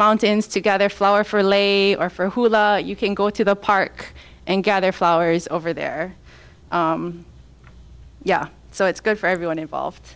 mountains to gather flowers for a lay or for who you can go to the park and gather flowers over there so it's good for everyone involved